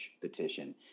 petition